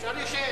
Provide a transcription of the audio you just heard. אפשר להישאר.